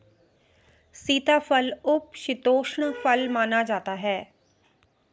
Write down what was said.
सीताफल उपशीतोष्ण फल माना जाता है